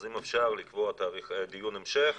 אז אם אפשר לקבוע דיון המשך